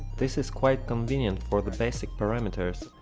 this is quite convenient for the basic parameters,